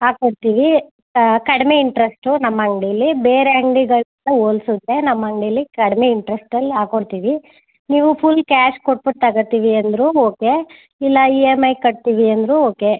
ಹಾಕಿಕೊಡ್ತೀವಿ ಕಡಿಮೆ ಇಂಟ್ರೆಸ್ಟು ನಮ್ಮ ಅಂಗಡೀಲಿ ಬೇರೆ ಅಂಗಡಿಗಳ್ಗೆಲ್ಲ ಹೋಲ್ಸಿದ್ರೆ ನಮ್ಮ ಅಂಗಡೀಲಿ ಕಡಿಮೆ ಇಂಟ್ರೆಸ್ಟಲ್ಲಿ ಹಾಕಿಕೊಡ್ತೀವಿ ನೀವು ಫುಲ್ ಕ್ಯಾಶ್ ಕೊಟ್ಬಿಟ್ ತಗಳ್ತೀವಿ ಅಂದರೂ ಓಕೆ ಇಲ್ಲ ಇ ಎಮ್ ಐ ಕಟ್ತೀವಿ ಅಂದರೂ ಓಕೆ